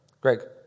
Greg